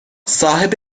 صاحب